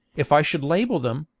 if i should label them,